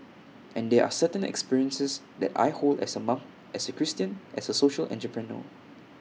and there are certain experiences that I hold as A mom as A Christian as A social entrepreneur